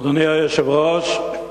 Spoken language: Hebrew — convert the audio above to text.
אדוני היושב-ראש,